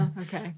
Okay